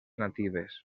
natives